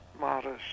modest